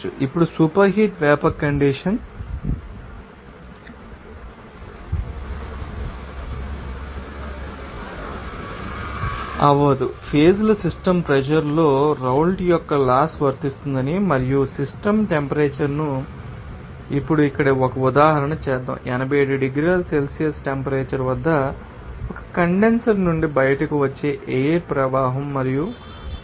ఇప్పుడు superheat vapour condense అవ్వదు phase ల సిస్టమ్ ప్రెషర్ లో రౌల్ట్ యొక్క లాస్ వర్తిస్తుందని మరియు సిస్టమ్ టెంపరేచర్ ను అఇప్పుడు ఇక్కడ ఒక ఉదాహరణ చేద్దాం 87 డిగ్రీల సెల్సియస్ టెంపరేచర్ వద్ద ఒక కండెన్సర్ నుండి బయటకు వచ్చే ఎయిర్ ప్రవాహం మరియు 1